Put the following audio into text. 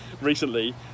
recently